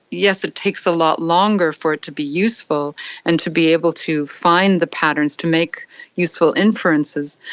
yes, it takes a lot longer for it to be useful and to be able to find the patterns to make useful inferences,